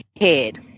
head